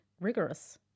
rigorous